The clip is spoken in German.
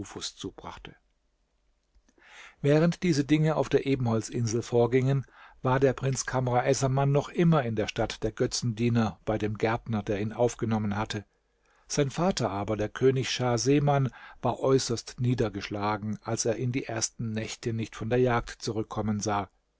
nufus zubrachte während diese dinge auf der ebenholzinsel vorgingen war der prinz kamr essaman noch immer in der stadt der götzendiener bei dem gärtner der ihn aufgenommen hatte sein vater aber der könig schah seman war äußerst niedergeschlagen als er ihn die ersten nächte nicht von der jagd zurückkommen sah